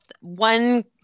one